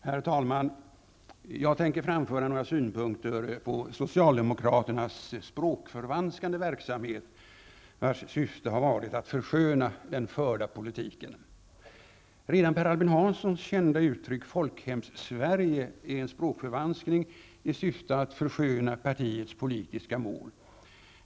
Herr talman! Jag tänker framföra några synpunkter på socialdemokraternas språkförvanskande verksamhet, vars syfte har varit att försköna den förda politiken. Redan Per Albin Hanssons kända uttryck Folkhemssverige är en språkförvanskning i syfte att försköna partiets politiska mål.